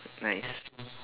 nice